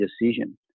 decision